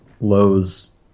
lowe's